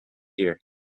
year